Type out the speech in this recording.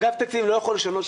אגף התקציבים לא יכול לשנות.